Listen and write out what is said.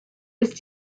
ist